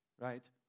right